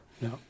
No